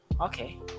Okay